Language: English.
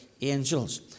angels